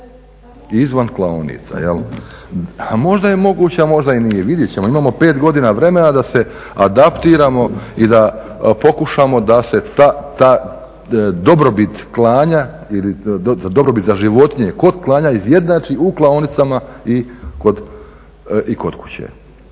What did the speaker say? razumije./… A možda je moguće, možda i nije. Vidjet ćemo, imamo 5 godina vremena da se adaptiramo i da pokušamo da se ta dobrobit klanja ili dobrobit za životinje kod klanja izjednači u klaonicama i kod kuće.